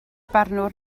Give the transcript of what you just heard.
barnwr